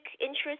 interest